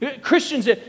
Christians